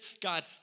God